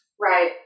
Right